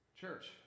Church